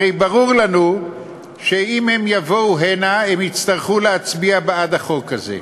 הרי ברור לנו שאם הם יבואו הנה הם יצטרכו להצביע בעד החוק הזה,